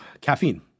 caffeine